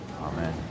Amen